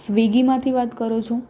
સ્વીગીમાંથી વાત કરો છો